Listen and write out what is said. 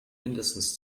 mindestens